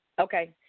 Okay